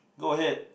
go ahead